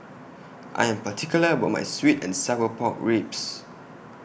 I Am particular about My Sweet and Sour Pork Ribs